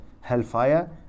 hellfire